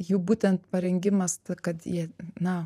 jų būtent parengimas kad jie na